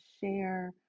share